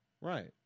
Right